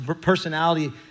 personality